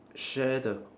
share the